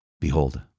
Behold